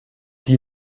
die